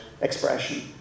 expression